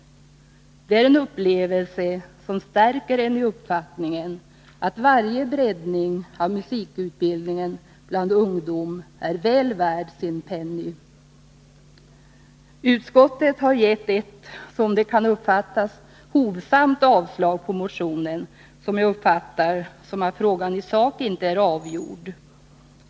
Det är en upplevelse som stärker en i uppfattningen att varje breddning av musikutbildningen bland ungdom är väl värd sin penning. Utskottet har gett ett, som det kan uppfattas, hovsamt avslag på motionen. Jag uppfattar det som att frågan i sak inte är avgjord.